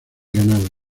ganado